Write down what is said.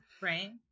Right